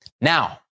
Now